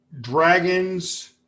dragons